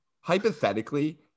Hypothetically